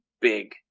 big